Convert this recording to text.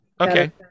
Okay